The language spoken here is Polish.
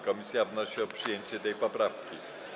Komisja wnosi o przyjęcie tej poprawki.